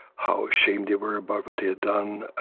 how ashamed they were about but they had done,